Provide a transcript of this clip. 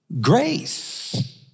grace